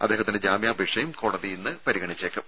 അദ്ദേഹത്തിന്റെ ജാമ്യാപേക്ഷയും കോടതി ഇന്ന് പരിഗണിച്ചേക്കും